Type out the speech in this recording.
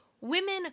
women